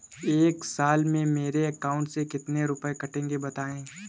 एक साल में मेरे अकाउंट से कितने रुपये कटेंगे बताएँ?